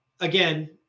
again